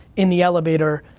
in the elevator.